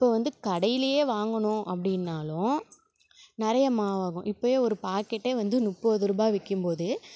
இப்போ வந்து கடையிலேயே வாங்கணும் அப்படின்னாலும் நிறைய மாவு ஆகும் இப்போயே ஒரு பாக்கெட்டே வந்து முப்பதுருவா விக்கும் போது